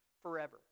forever